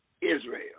Israel